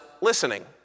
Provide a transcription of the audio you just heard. listening